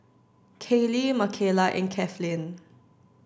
Kayli Makaila and Kathlyn